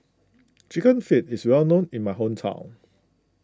Chicken Feet is well known in my hometown